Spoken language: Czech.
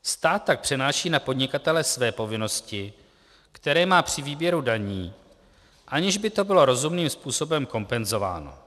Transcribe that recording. Stát tak přenáší na podnikatele své povinnosti, které má při výběru daní, aniž by to bylo rozumným způsobem kompenzováno.